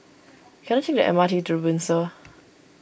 can I take the M R T to the Windsor